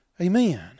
Amen